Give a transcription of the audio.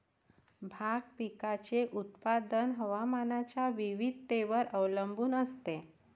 भाग पिकाचे उत्पादन हवामानाच्या विविधतेवर अवलंबून असते